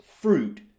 fruit